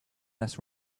less